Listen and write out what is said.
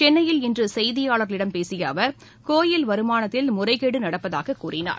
சென்னையில் இன்றுசெய்தியாளர்களிடம் பேசியஅவர் கோயில் வருமானத்தில் முறைகேடுடப்பதாககூறினார்